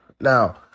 Now